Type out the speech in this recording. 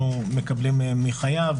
אנחנו מקבלים מחייב,